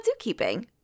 zookeeping